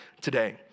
today